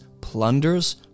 plunders